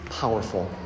powerful